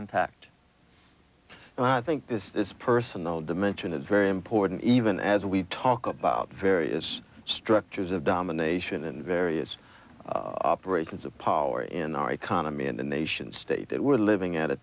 impact and i think this is personal dimension is very important even as we talk about the various structures of domination in various operations of power in our economy and the nation state that we're living at a